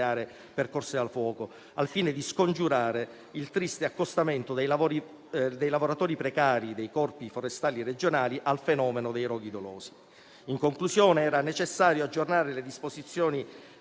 aree percorse dal fuoco, al fine di scongiurare il triste accostamento dei lavoratori precari dei Corpi forestali regionali al fenomeno dei roghi dolosi. In conclusione, era necessario aggiornare le disposizioni